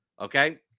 Okay